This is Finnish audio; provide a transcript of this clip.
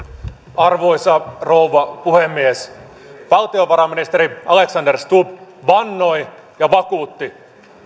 arvoisa rouva puhemies valtiovarainministeri alexander stubb vannoi ja vakuutti